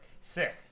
sick